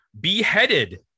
beheaded